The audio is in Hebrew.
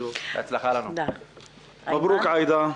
מברוק עאידה.